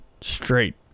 straight